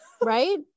right